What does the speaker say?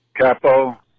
Capo